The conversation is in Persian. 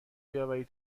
بیاوری